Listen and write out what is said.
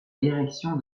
direction